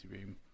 room